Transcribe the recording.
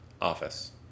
office